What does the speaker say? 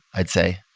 i'd say.